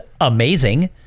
amazing